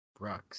Brux